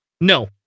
no